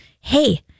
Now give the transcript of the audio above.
hey